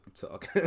Talk